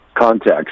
context